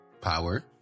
Power